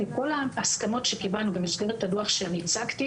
כי כל ההסכמות שקיבלנו במסגרת הדוח שאני הצגתי,